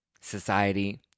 society